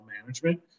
management